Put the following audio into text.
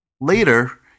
Later